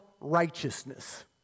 righteousness